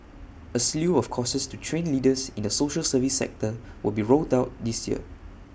A slew of courses to train leaders in the social service sector will be rolled out this year